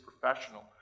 professional